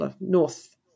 north